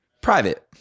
private